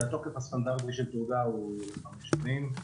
התוקף הסטנדרטי של תעודה הוא חמש שנים.